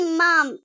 mom